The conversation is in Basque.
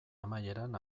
amaieran